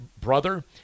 brother